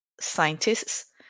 scientists